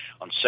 on